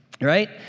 right